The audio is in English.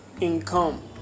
income